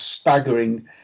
staggering